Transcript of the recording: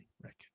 Rick